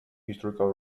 historical